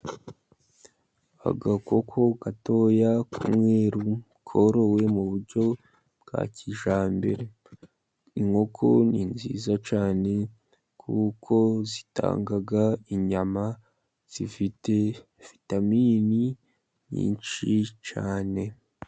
Agakoko gatoya k'umweru, korowe mu buryo bwa kijyambere. Inkoko ni nziza cyane, kuko zitanga inyama zifite vitamini nyinshi cyane.